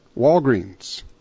Walgreens